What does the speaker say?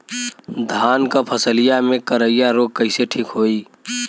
धान क फसलिया मे करईया रोग कईसे ठीक होई?